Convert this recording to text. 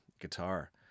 guitar